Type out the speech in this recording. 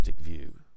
view